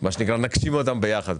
ונגשים אותם פה ביחד.